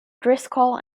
driscoll